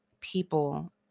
People